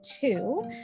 two